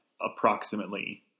approximately